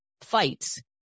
fights